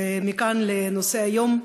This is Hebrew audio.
ומכאן לנושא היום,